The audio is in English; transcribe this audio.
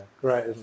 great